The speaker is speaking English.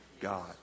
God